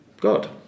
God